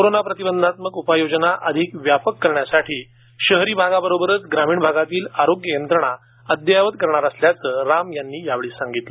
corona प्रतिबंधक उपाययोजना अधिक व्यापक करण्यासाठी शहरी भागाबरोबरच ग्रामीण भागातील आरोग्य यंत्रणा अदययावत करणार असल्याचे राम यावेळी म्हणाले